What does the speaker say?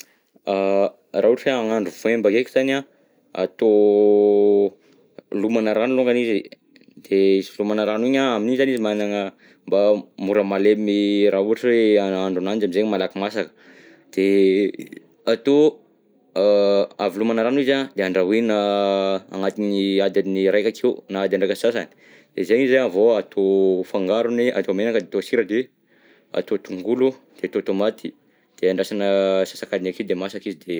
Raha ohatra hoe hahandro voemba ndreky zany an, atao lomana rano longany izy, de izy lomana rano iny an, amin'iny zany izy managna, mba mora malemy raha ohatra hoe ahandro ananjy amizay malaky masaka, de atao a avy lomana rano izy an, de andrahoina agnatiny adiny raika akeo na adiny raika sy sasany, de zegny izy an vao atao fangarony atao menaka de atao sira, de atao tomaty, de andrasana antsasak'adiny akeo de masaka izy de.